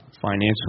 financial